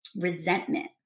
resentment